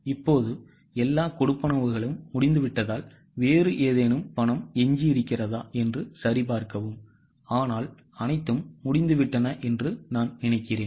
இப்போது எல்லா கொடுப்பனவுகளும் முடிந்துவிட்டதால் வேறு ஏதேனும் பணம் எஞ்சியிருக்கிறதா என்று சரிபார்க்கவும் ஆனால் அனைத்தும் முடிந்துவிட்டன என்று நான் நினைக்கிறேன்